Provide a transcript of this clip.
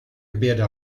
běda